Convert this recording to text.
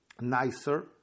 nicer